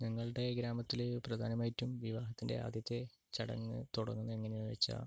ഞങ്ങളുടെ ഗ്രാമത്തിൽ പ്രധാനമായിട്ടും വിവാഹത്തിൻ്റെ ആദ്യത്തെ ചടങ്ങ് തുടങ്ങുന്നത് എങ്ങനെയാണെന്നു വച്ചാൽ